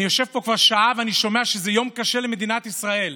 אני יושב פה כבר שעה ואני שומע שזה יום קשה למדינת ישראל.